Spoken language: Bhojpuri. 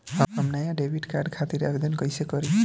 हम नया डेबिट कार्ड खातिर आवेदन कईसे करी?